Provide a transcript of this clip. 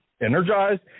energized